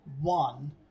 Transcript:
one